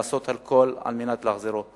לעשות הכול על מנת להחזירו.